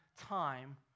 time